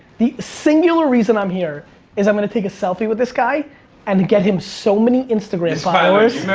the singular reason i'm here is i'm gonna take a selfie with this guy and get him so many instagram followers.